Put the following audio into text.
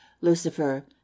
LUCIFER